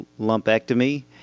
lumpectomy